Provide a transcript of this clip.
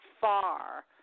far